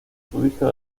prodigio